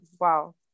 wow